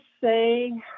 say